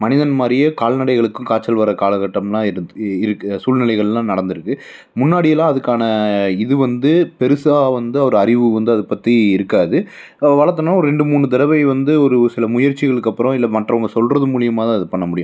மனிதன் மாதிரியே கால்நடைகளுக்கும் காய்ச்சல் வர காலகட்டம்னா இருத் இ இருக்குது சூல்நிலைகள்லாம் நடந்துருக்கு முன்னாடி எல்லாம் அதுக்கான இது வந்து பெருசாக வந்து ஒரு அறிவு வந்து அது பற்றி இருக்காது வளர்த்தோன்னா ஒரு ரெண்டு மூணு தடவை வந்து ஒரு ஒரு சில முயற்சிகளுக்கப்புறம் இல்லலை மற்றவங்க சொல்கிறது மூலிமா தான் அது பண்ண முடியும்